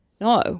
no